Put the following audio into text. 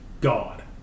God